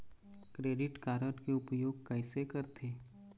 Credit card के उपयोग कैसे करथे?